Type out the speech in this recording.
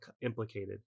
implicated